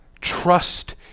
Trust